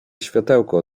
światełko